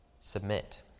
submit